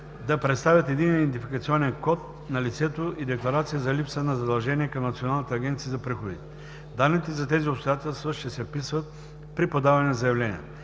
да представят единен идентификационен код на лицето и декларация за липса на задължения към Националната агенция за приходите. Данните за тези обстоятелства ще се вписват при подаване на заявлението.